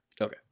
Okay